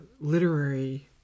literary